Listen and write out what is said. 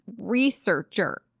Researcher